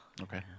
Okay